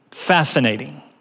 Fascinating